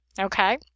okay